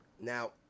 Now